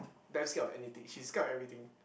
damn scared of anything she's scared of everything